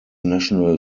national